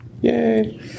Yay